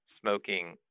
smoking